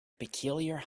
peculiar